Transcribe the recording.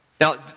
Now